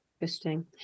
Interesting